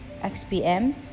XPM